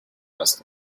must